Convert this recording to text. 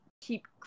keep